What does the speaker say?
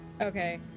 Okay